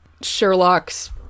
Sherlock's